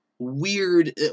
Weird